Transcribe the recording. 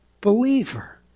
believer